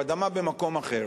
אדמה במקום אחר,